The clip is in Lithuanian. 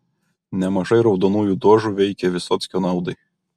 nemažai raudonųjų dožų veikė vysockio naudai